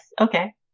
okay